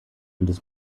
des